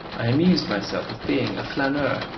i amused myself with being a flaneur,